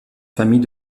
famille